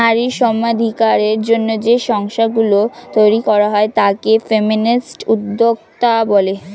নারী সমানাধিকারের জন্য যে সংস্থা গুলো তৈরী করা হয় তাকে ফেমিনিস্ট উদ্যোক্তা বলে